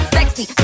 Sexy